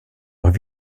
have